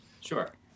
Sure